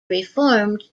reformed